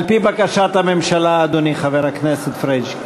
על-פי בקשת הממשלה, אדוני, חבר הכנסת פריג'.